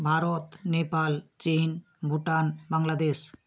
ভারত নেপাল চিন ভুটান বাংলাদেশ